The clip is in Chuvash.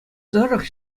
тӑрӑх